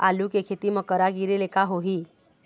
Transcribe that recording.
आलू के खेती म करा गिरेले का होही?